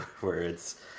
words